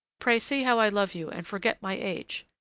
pray, see how i love you and forget my age!